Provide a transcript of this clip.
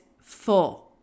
full